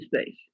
space